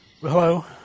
Hello